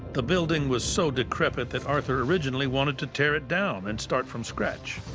the building was so decrepit that arthur originally wanted to tear it down and start from scratch.